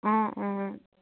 অঁ অঁ